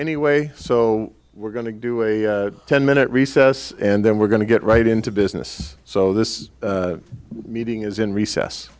anyway so we're going to do a ten minute recess and then we're going to get right into business so this meeting is in recess